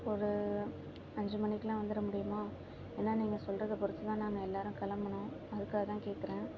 ஒரு அஞ்சு மணிக்குலாம் வந்துவிட முடியுமா ஏன்னா நீங்கள் சொல்கிறத பொருத்துதான் நாங்கள் எல்லாரும் கிளம்பணும் அதுக்காகதான் கேட்குறேன்